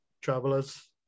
travelers